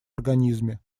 организме